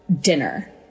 dinner